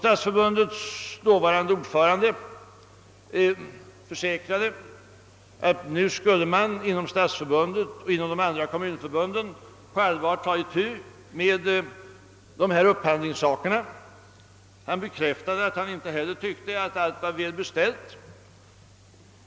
Stadsförbundets dåvarande ordförande försäkrade att man nu inom Stadsförbundet och även andra kommunförbund på allvar skulle ta itu med upphandlingsfrågorna. Han bekräftade att inte heller han tyckte att allt var välbeställt.